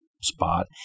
spot